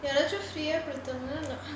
ya that's why free ah கொடுத்தாங்கனா:koduthaanganaa